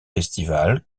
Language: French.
festivals